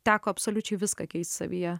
teko absoliučiai viską keist savyje